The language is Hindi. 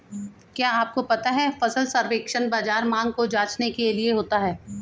क्या आपको पता है फसल सर्वेक्षण बाज़ार मांग को जांचने के लिए होता है?